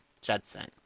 Judson